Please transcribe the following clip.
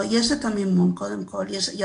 לא, יש את המימון, זה לא נכון שאין את המימון.